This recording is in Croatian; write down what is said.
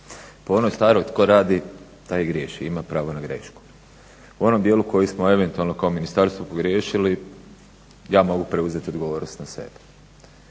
Po onoj staroj, tko radi taj i griješi, ima pravo na grešku. U onom djelu u kojem smo eventualno kao ministarstvo pogriješili, ja mogu preuzeti odgovornost na sebe,